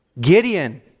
Gideon